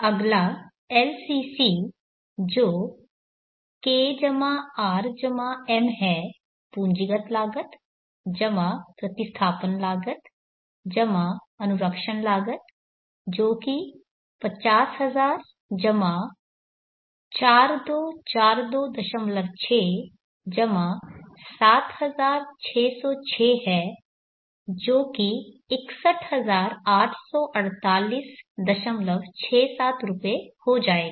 अगला LCC जो K R M है पूंजीगत लागत प्रतिस्थापन लागत अनुरक्षण लागत जो कि 50000 42426 7606 है जो कि 6184867 रुपये हो जाएगा